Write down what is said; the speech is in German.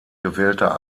gewählter